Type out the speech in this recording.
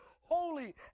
holy